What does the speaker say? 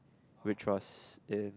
which was in